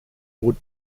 wood